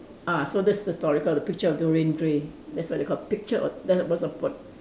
ah so this is the story call the picture of Dorian Gray that's why they call picture of there was a port~